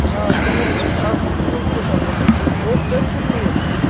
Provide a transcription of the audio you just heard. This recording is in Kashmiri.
آ ٹوٗل گَژھِ آسُن ٹوٗل کوٗتاہ بوٚڈ کٔژ فُٹ ٹوٗل چھُ